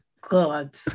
God